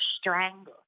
strangled